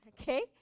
okay